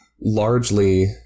largely